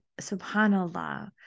subhanAllah